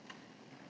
Hvala.